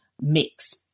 mix